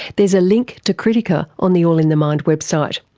there's a link to critica on the all in the mind website.